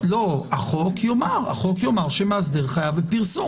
החוק יאמר שמאסדר חייב בפרסום.